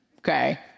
Okay